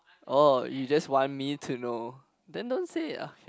oh you just want me to know then don't say it ah shit